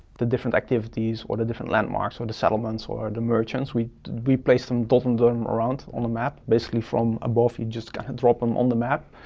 the different activities or the different landmarks or the settlements or or the merchants, we we placed them totaled them around on the map basically from above, you just kind of drop em on the map.